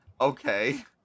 okay